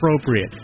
appropriate